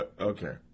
okay